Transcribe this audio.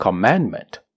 commandment